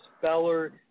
speller